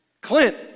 Clint